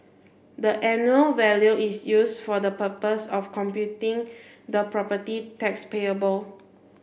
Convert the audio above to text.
the annual value is used for the purpose of computing the property tax payable